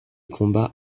combats